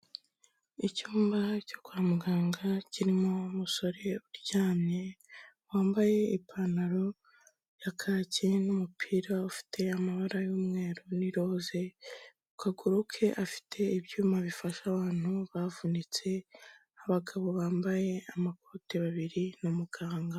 Icyumba cyo kwa muganga kirimo umusore uryamye, wambaye ipantaro ya kake n'umupira ufite amabara y'umweru n'iroze, ku kaguru ke afite ibyuma bifasha abantu bavunitse, abagabo bambaye amakoti babiri n'umuganga.